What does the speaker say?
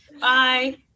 Bye